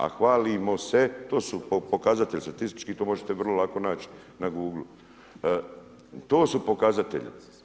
A hvalimo se, to su pokazatelji statistički, to možete vrlo lako naći na google, to su pokazatelji.